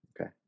okay